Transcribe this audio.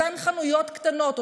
לאותן חנויות קטנות,